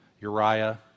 Uriah